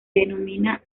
denomina